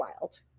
wild